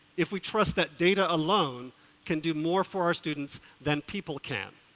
if we trust that data alone can do more for our students than people can.